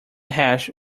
hash